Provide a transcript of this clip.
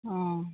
অঁ